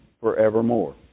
forevermore